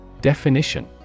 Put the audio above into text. Definition